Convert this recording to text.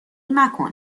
مکن